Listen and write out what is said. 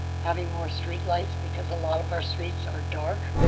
having more streetlights because a lot of our streets are dark,